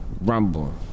rumble